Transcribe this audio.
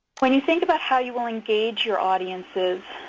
when you think about how you will engage your audiences,